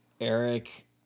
Eric